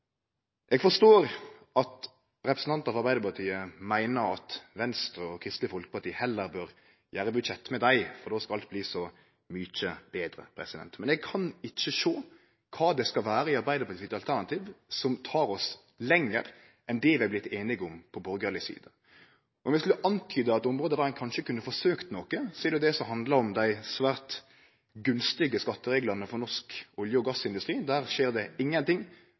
Eg forstår at representantar frå Arbeidarpartiet meiner at Venstre og Kristeleg Folkeparti heller bør lage budsjett med dei, for då skal alt bli så mykje betre, men eg kan ikkje sjå kva det skal vere i Arbeidarpartiets alternativ som tek oss lenger enn det vi har vorte einige om på borgarleg side. Om eg skulle antyde eitt område der ein kanskje kunne ha forsøkt noko, er det det som handlar om dei svært gunstige skattereglane for norsk olje- og gassindustri. Der skjer det